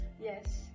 yes